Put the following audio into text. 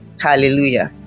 hallelujah